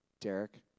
Derek